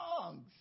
songs